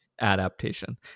adaptation